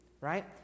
right